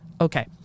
Okay